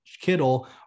Kittle